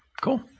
Cool